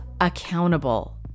accountable